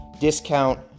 discount